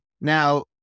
Now